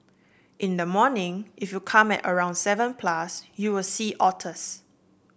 in the morning if you come at around seven plus you'll see otters